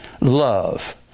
love